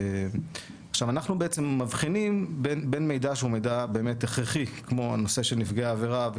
אנחנו מבחינים בין מידע שהוא מידע הכרחי כמו הנושא של נפגעי עבירה,